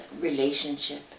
relationship